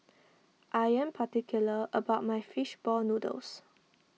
I am particular about my Fish Ball Noodles